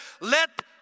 let